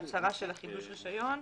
בהצהרה של חידוש הרישיון,